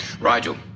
Rigel